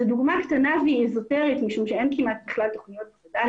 זאת דוגמה קטנה ואיזוטרית משום שכמעט אין תוכניות וד"ל